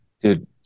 dude